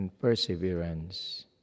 perseverance